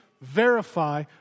verify